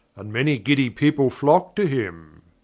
and many giddie people flock to him